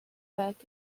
back